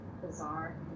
bizarre